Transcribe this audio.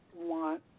want